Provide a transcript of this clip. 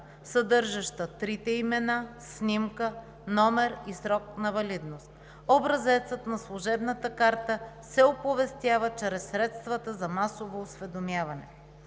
съдържаща трите имена, снимка, номер и срок на валидност. Образецът на служебната карта се оповестява чрез средствата за масово осведомяване.